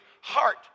heart